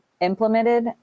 implemented